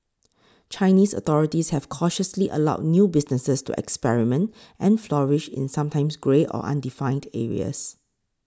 Chinese authorities have cautiously allowed new businesses to experiment and flourish in sometimes grey or undefined areas